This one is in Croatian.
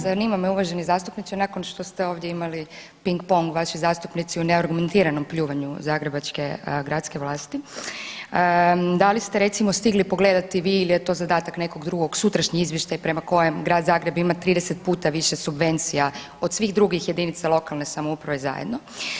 Zanima me uvaženi zastupniče nakon što ste ovdje imali ping pong vaši zastupnici u neargumentiranom pljuvanju zagrebačke gradske vlasti, da li ste recimo stigli pogledati vi ili je to zadatak nekog drugog, sutrašnji izvještaj prema kojem grad Zagreb ima 30 puta više subvencija od svih drugih jedinica lokalne samouprave zajedno.